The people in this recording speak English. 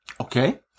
Okay